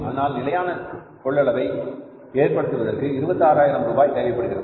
ஆனால் நிலையான கொள்ளளவை ஏற்படுத்துவதற்கு 26000 ரூபாய் தேவைப்படுகிறது